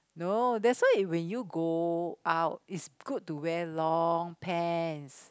no that's why when you go out it's good to wear long pants